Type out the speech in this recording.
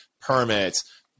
permits